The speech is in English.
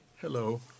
Hello